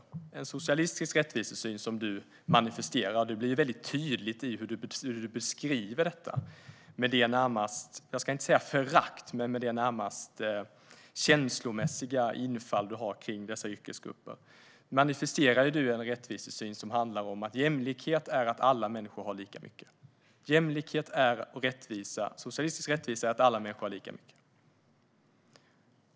Du manifesterar en socialistisk rättvisesyn - det blir tydligt när du beskriver detta med det, jag ska inte säga föraktfulla utan känslomässiga, tonfall som du har när det gäller dessa yrkesgrupper - som handlar om att jämlikhet är att alla människor har lika mycket. Socialistisk rättvisa är att alla människor har lika mycket.